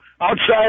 Outside